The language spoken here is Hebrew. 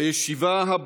הישיבה